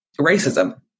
racism